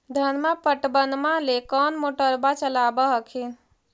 धनमा पटबनमा ले कौन मोटरबा चलाबा हखिन?